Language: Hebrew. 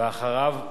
ואחריו,